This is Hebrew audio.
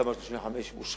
תמ"א 35 אושרה,